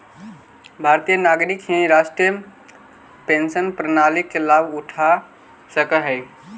भारतीय नागरिक ही राष्ट्रीय पेंशन प्रणाली के लाभ उठा सकऽ हई